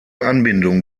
anbindung